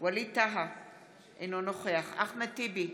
ווליד טאהא, אינו נוכח אחמד טיבי,